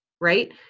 right